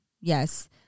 yes